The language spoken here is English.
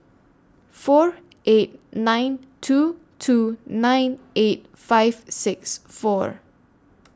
four eight nine two two nine eight five six four